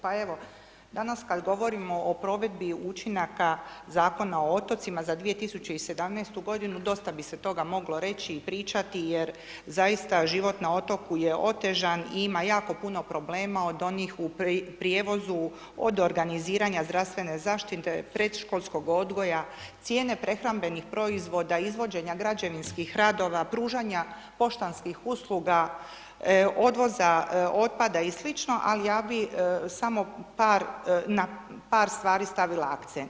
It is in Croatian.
Pa evo, danas kad govorim o provedbi učinaka Zakona o otocima za 2017. godinu dosta bi se toga moglo reći i pričati jer zaista život na otoku je otežan i ima jako puno problema od onih u prijevozu, od organiziranja zdravstvene zaštite, predškolskog odgoja, cijene prehrambenih proizvoda, izvođenja građevinskih radova, pružanja poštanskih usluga, odvoza otpada i sl., al ja bi samo par, na par stvari stavila akcent.